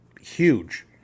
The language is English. huge